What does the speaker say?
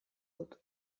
dut